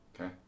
Okay